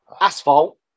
Asphalt